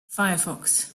firefox